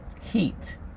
heat